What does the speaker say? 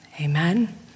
Amen